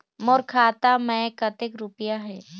मोर खाता मैं कतक रुपया हे?